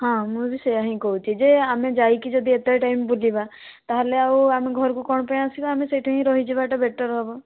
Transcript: ହଁ ମୁଁ ବି ସେଇଆ ହିଁ କହୁଛି ଯେ ଆମେ ଯାଇକି ଯଦି ଏତେ ଟାଇମ ବୁଲିବା ତାହାଲେ ଆଉ ଆମ ଘରକୁ କଣ ପାଇଁ ଆସିବା ଆମେ ସେଇଠି ହିଁ ରହିଯିବାଟା ବେଟର ହେବ